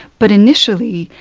but initially,